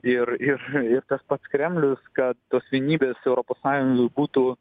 ir ir ir tas pats kremlius kad tos vienybės europos sąjungoj būtų